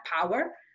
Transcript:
power